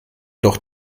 doch